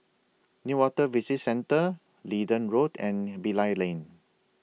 Newater Visitor Centre Leedon Road and Bilal Lane